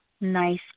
nice